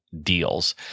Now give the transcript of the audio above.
Deals